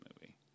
movie